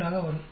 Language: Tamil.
32 ஆக வரும்